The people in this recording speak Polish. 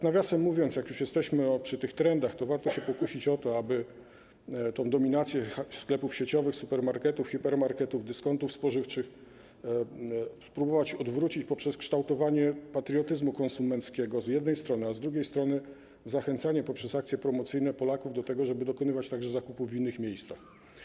Nawiasem mówiąc, jak już jesteśmy przy tych trendach, to warto pokusić się o to, aby tę dominację sklepów sieciowych, supermarketów, hipermarketów, dyskontów spożywczych spróbować odwrócić poprzez kształtowanie patriotyzmu konsumenckiego z jednej strony, a z drugiej strony poprzez zachęcanie Polaków akcjami promocyjnymi do tego, żeby dokonywali zakupów także w innych miejscach.